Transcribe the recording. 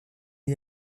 est